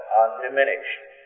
undiminished